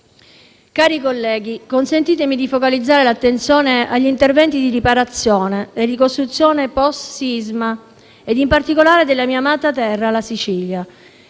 Cari colleghi, consentitemi di focalizzare l'attenzione sugli interventi di riparazione e ricostruzione post-sisma, in particolare nella mia amata terra, la Sicilia,